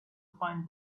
find